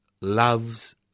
loves